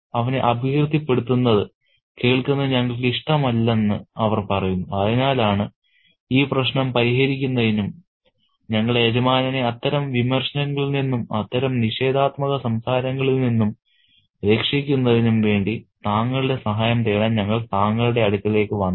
അവനെ അപകീർത്തിപ്പെടുത്തുന്നത് കേൾക്കുന്നത് ഞങ്ങൾക്ക് ഇഷ്ടമല്ലെന്ന് അവർ പറയുന്നു അതിനാലാണ് ഈ പ്രശ്നം പരിഹരിക്കുന്നതിനും ഞങ്ങളുടെ യജമാനനെ അത്തരം വിമർശനങ്ങളിൽ നിന്നും അത്തരം നിഷേധാത്മക സംസാരങ്ങളിൽ നിന്നും രക്ഷിക്കുന്നതിനും വേണ്ടി താങ്കളുടെ സഹായം തേടാൻ ഞങ്ങൾ താങ്കളുടെ അടുക്കലേക്ക് വന്നത്